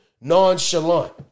nonchalant